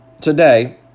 today